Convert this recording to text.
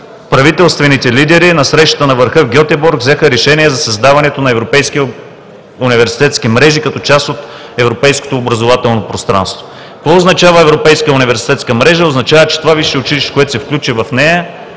правителствените лидери на Срещата на върха в Гьотеборг взеха решение за създаването на европейски университетски мрежи като част от Европейското образователно пространство. Какво означава европейска университетска мрежа – означава, че това висше училище, което се включи в нея,